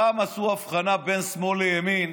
פעם עשו הבחנה בין שמאל לימין,